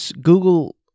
Google